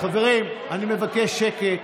חברים, אני מבקש שקט.